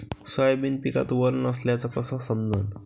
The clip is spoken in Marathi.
सोयाबीन पिकात वल नसल्याचं कस समजन?